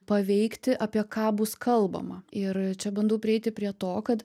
paveikti apie ką bus kalbama ir čia bandau prieiti prie to kad